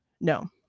no